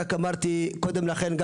רק אמרתי קודם לכן,